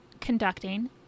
conducting